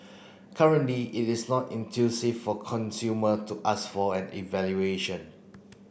currently it is not for consumer to ask for an evaluation